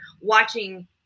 watching